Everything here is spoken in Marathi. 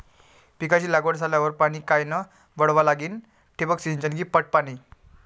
पिकाची लागवड झाल्यावर पाणी कायनं वळवा लागीन? ठिबक सिंचन की पट पाणी?